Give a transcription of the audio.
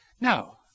no